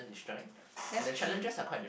that's true